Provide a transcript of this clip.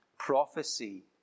Prophecy